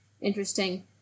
interesting